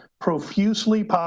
profusely